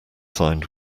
signed